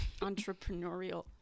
entrepreneurial